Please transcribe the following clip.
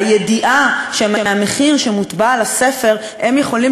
הידיעה שמהמחיר שמוטבע על הספר הם יכולים